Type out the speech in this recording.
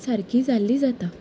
सारकीं जाल्लीं जाता